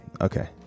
Okay